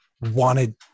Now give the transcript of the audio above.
wanted